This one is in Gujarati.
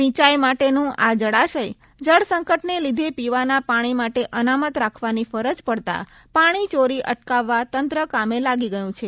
સિંચાઈ માટેનું આ જળાશય જળસંકટને લીધે પીવાના પાણી માટે અનામત રાખવાની ફરજ પડતા પાણી ચોરી અટકાવવા તંત્ર કામે લાગી ગયું છે